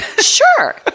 sure